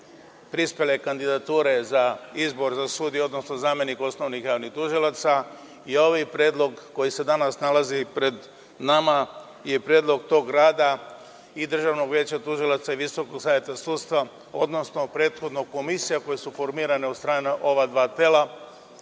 prispele kandidature za izbor za sudije, odnosno zamenika osnovnih javnih tužilaca i ovaj predlog koji se danas nalazi pred nama je predlog tog rada i Državnog veća tužilaca i Visokog saveta sudstva, odnosno prethodno komisija koju su formirane od strane ova dva tela